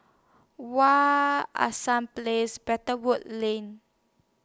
Hassan Place Better Wood Lane